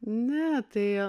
ne tai